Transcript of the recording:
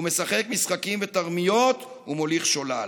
הוא משחק משחקים ותרמיות ומוליך שולל".